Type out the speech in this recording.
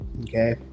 okay